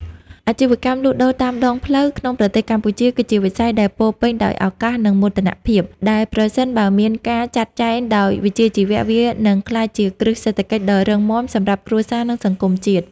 អាជីវកម្មលក់ដូរតាមដងផ្លូវក្នុងប្រទេសកម្ពុជាគឺជាវិស័យដែលពោរពេញដោយឱកាស និងមោទនភាព ដែលប្រសិនបើមានការចាត់ចែងដោយវិជ្ជាជីវៈ វានឹងក្លាយជាគ្រឹះសេដ្ឋកិច្ចដ៏រឹងមាំសម្រាប់គ្រួសារ និងសង្គមជាតិ។